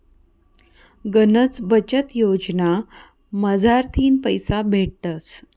गनच बचत योजना मझारथीन पैसा भेटतस